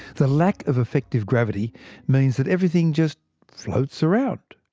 the lack of effective gravity means that everything just floats around.